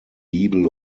giebel